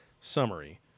Summary